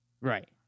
Right